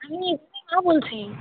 আমি রেহানের মা বলছি